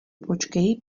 počkej